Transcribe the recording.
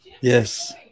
Yes